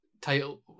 title